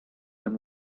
than